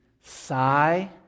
sigh